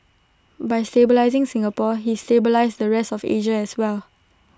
by stabilising Singapore he stabilised the rest of Asia as well